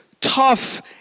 tough